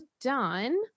done